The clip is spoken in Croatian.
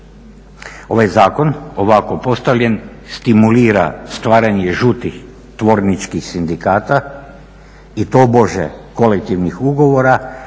Ovaj zakon ovako postavljen stimulira stvaranje žutih tvorničkih sindikata i tobože kolektivnih ugovora